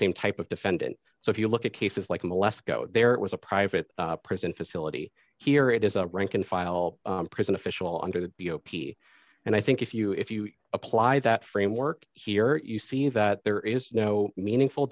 same type of defendant so if you look at cases like molest go there it was a private prison facility here it is a rank and file prison official under the b o p and i think if you if you apply that framework here you see that there is no meaningful